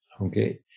Okay